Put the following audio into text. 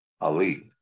Ali